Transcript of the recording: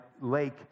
Lake